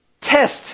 test